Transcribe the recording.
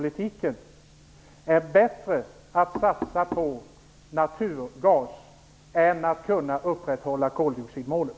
Näringsministern kan svara ja eller nej; undanglidanden betecknar jag som feghet.